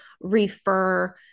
refer